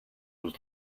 was